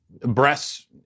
breasts